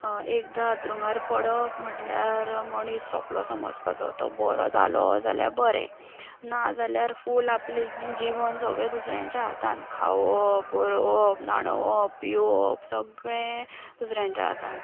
एकदां हांतरुणार पडप म्हटल्यार मनीस सोंपलो समजपाचो तो बरो जालो जाल्यार बरें ना जाल्यार फूल आपलें जिवन सगळें दुसऱ्याच्या हातांत खावप भरोवप न्हाणोवप पियोवप सगळें दुसऱ्यांच्या हातांत